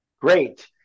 Great